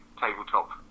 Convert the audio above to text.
tabletop